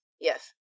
Yes